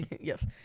yes